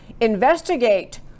investigate